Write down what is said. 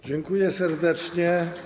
Dziękuję serdecznie.